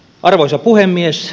arvoisa puhemies